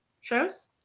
shows